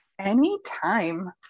Anytime